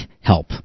help